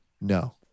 no